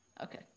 Okay